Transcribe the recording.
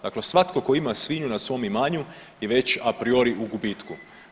Dakle, svatko tko ima svinju na svom imanju je već a priori u gubitku.